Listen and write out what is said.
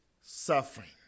suffering